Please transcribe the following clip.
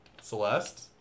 Celeste